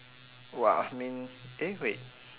!wah! I mean eh wait